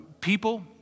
people